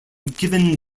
given